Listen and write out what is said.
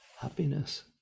happiness